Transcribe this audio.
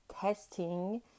testing